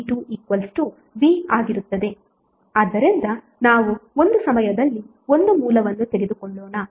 ಆದ್ದರಿಂದ ನಾವು ಒಂದು ಸಮಯದಲ್ಲಿ 1 ಮೂಲವನ್ನು ತೆಗೆದುಕೊಳ್ಳೋಣ